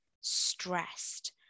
stressed